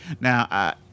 Now